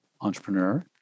entrepreneur